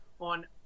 on